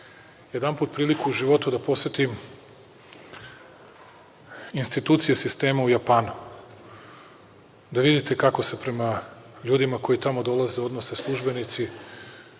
jednom priliku u životu da posetim institucije sistema u Japanu. Da vidite kako se prema ljudima koji tamo dolaze, odnose službenici,